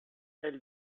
elle